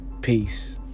Peace